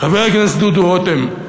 חבר הכנסת דודו רותם,